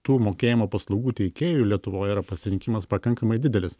tų mokėjimo paslaugų teikėjų lietuvoj yra pasirinkimas pakankamai didelis